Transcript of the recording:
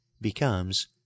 becomes